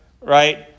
right